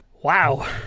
Wow